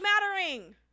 mattering